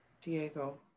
Diego